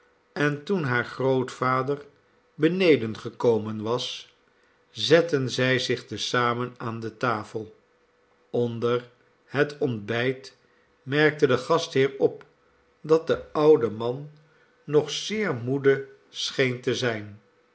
en toen haar grootvader beneden gekomen was zetten zij zich te zamen aan de tafel onder het ontbijt merkte de gastheer op dat de oude man nog zeer moede scheen te zijn